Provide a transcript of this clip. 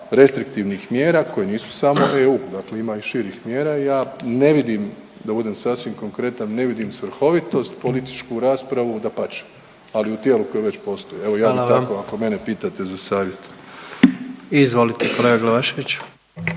restriktivnih mjera koje nisu samo EU. Dakle ima i širih mjera i ja ne vidim da budem sasvim konkretan, ne vidim svrhovitost, političku raspravu dapače. Ali u tijelu koje već postoji. Evo ja bih tako ako mene pitate za savjet. **Jandroković,